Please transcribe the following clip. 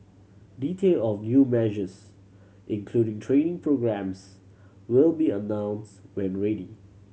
detail of new measures including training programmes will be announced when ready